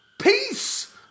Peace